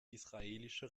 israelische